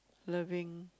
loving